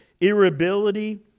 irritability